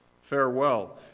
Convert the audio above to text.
Farewell